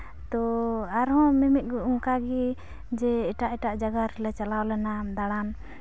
ᱛᱚ ᱟᱨᱦᱚᱸ ᱢᱤᱼᱢᱤᱫ ᱚᱱᱠᱟ ᱜᱮ ᱡᱮ ᱮᱴᱟᱜ ᱮᱴᱟᱜ ᱡᱟᱭᱜᱟ ᱨᱮᱞᱮ ᱪᱟᱞᱟᱣ ᱞᱮᱱᱟ ᱫᱟᱬᱟᱱ